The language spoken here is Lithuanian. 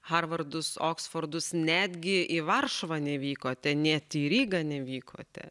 harvardus oksfordus netgi į varšuvą nevykote net į rygą nevykote